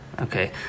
okay